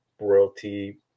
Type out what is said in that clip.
royalty